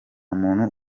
muntu